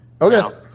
Okay